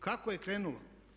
Kako je krenulo?